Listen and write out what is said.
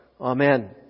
Amen